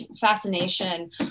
fascination